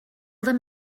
them